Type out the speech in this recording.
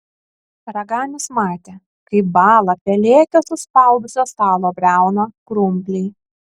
raganius matė kaip bąla pelėkio suspaudusio stalo briauną krumpliai